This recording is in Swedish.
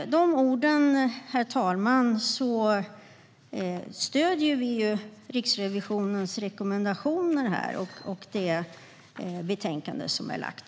Med de orden, herr talman, stöder vi Riksrevisionens rekommendationer och utskottets förslag i betänkandet.